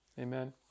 Amen